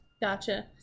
Gotcha